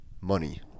money